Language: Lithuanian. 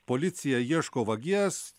policija ieško vagies